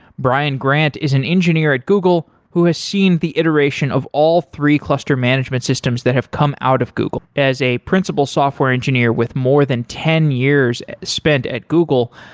brian grant is an engineer at google who has seen the iteration of all three cluster management systems that have come out of google as a principal software engineer with more than ten years spent at google,